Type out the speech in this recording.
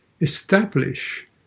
establish